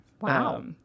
Wow